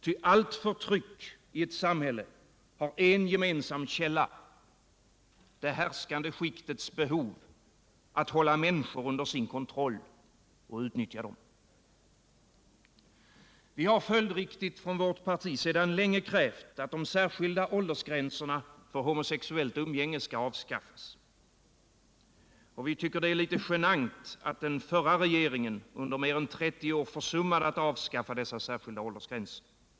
Ty allt förtryck i ett samhälle har en gemensam källa: det härskande skiktets behov att hålla människor under sin kontroll och utnyttja dem. Vi har följdriktigt från vårt parti sedan länge krävt att de särskilda åldersgränserna för homosexuellt umgänge skall avskaffas. Vi tycker det är litet genant att den förra regeringen under mer än 30 år försummade att avskaffa dessa särskilda åldersgränser.